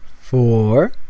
four